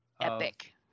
Epic